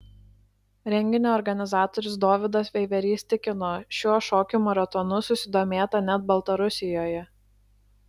renginio organizatorius dovydas veiverys tikino šiuo šokių maratonų susidomėta net baltarusijoje